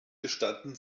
gestatten